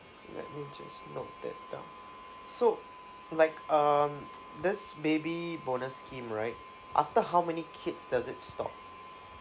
let me just note that down so like um this baby bonus scheme right after how many kids does it stop